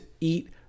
eat